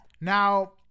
Now